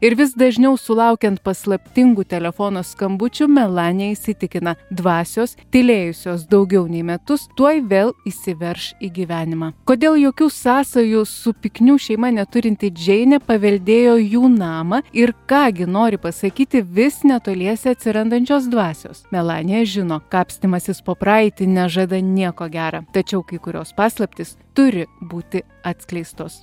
ir vis dažniau sulaukiant paslaptingų telefono skambučių melanija įsitikina dvasios tylėjusios daugiau nei metus tuoj vėl įsiverž į gyvenimą kodėl jokių sąsajų su piknių šeima neturinti džeinė paveldėjo jų namą ir ką gi nori pasakyti vis netoliese atsirandančios dvasios melanija žino kapstymasis po praeitį nežada nieko gera tačiau kai kurios paslaptys turi būti atskleistos